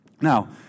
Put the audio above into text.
Now